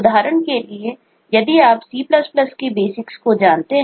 उदाहरण के लिए यदि आप C के बेसिक्स को जानते हैं